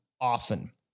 often